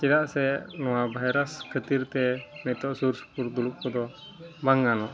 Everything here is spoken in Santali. ᱪᱮᱫᱟᱜ ᱥᱮ ᱱᱚᱣᱟ ᱵᱷᱟᱭᱨᱟᱥ ᱠᱷᱟᱹᱛᱤᱨᱛᱮ ᱱᱤᱛᱚᱜ ᱥᱩᱨᱥᱩᱯᱩᱨ ᱫᱩᱲᱩᱵ ᱠᱚᱫᱚ ᱵᱟᱝ ᱜᱟᱱᱚᱜᱼᱟ